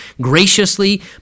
graciously